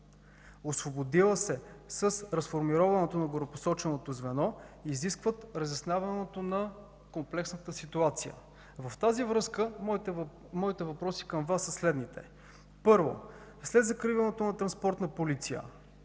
освободила се с разформироването на горепосоченото звено, изискват разясняване на комплексната ситуация. В тази връзка моите въпроси към Вас са следните: Първо, след закриването на Транспортна полиция,